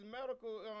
medical